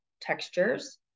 textures